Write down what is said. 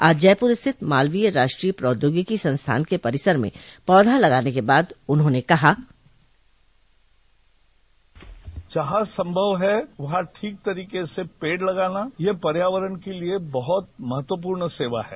आज जयपुर स्थित मालवीय राष्ट्रौय प्रौद्योगिकी संस्थान के परिसर में पौधा लगाने के बाद उन्होंने कहा जहां संभव है वहां ठीक तरीके से पेड लगाना यह पर्यावरण के लिए बहत महत्वंपूर्ण सेवा है